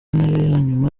nyuma